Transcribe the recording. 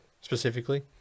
specifically